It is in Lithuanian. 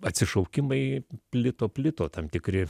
atsišaukimai plito plito tam tikri